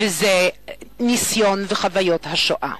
וזה הניסיון והחוויות של השואה,